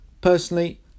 personally